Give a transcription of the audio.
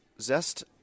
Zest